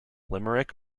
limerick